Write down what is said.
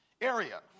area